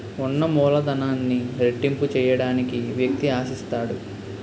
ఉన్న మూలధనాన్ని రెట్టింపు చేయడానికి వ్యక్తి ఆశిస్తాడు